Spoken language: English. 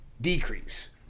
decrease